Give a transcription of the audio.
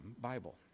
Bible